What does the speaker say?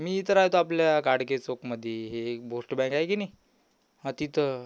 मी इथं राहतो आपल्या गाडगे चौकमध्ये हे हेक पोष्ट बॅग आहे की नाही हां तिथं